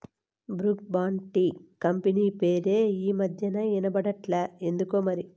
Brooke Bond tea company పేరే ఈ మధ్యనా ఇన బడట్లా ఎందుకోమరి